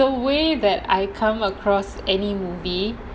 look as in like the the way that I come across any movie